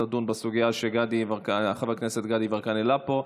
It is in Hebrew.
לדון בסוגיה שחבר הכנסת גדי יברקן העלה פה,